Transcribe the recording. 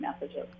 messages